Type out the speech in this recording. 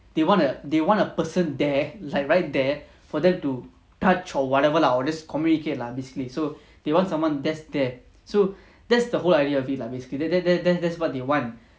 they want to they want a person there like right there for them to touch or whatever lah or just communicate lah basically so they want someone that's there so that's the whole idea of it lah basically that that that that's that's what they want